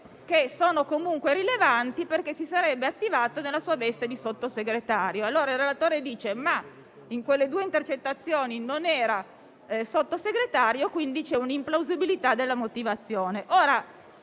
che sono comunque rilevanti, perché si sarebbe attivato nella sua veste di Sottosegretario. Ebbene, il relatore dice che al tempo di quelle due intercettazioni il senatore Siri non era Sottosegretario, quindi c'è un'implausibilità della motivazione.